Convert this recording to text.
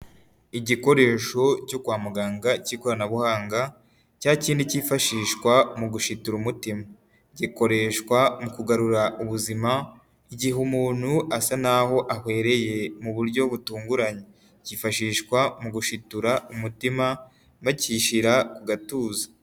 Igikoresho cyo kwa muganga cy'ikoranabuhanga cya kindi cyifashishwa mu gushitura umutima .Gikoreshwa mu kugarura ubuzima igihe umuntu asa nK'aho ahweye mu buryo butunguranye, kifashishwa mu gushitura umutima bagishyira ku gatuza.